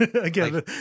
again